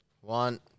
one